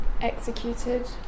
executed